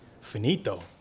finito